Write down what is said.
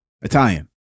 Italian